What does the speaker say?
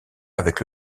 avec